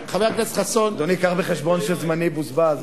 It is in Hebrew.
אדוני, הבא בחשבון שזמני בוזבז.